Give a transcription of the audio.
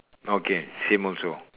okay same also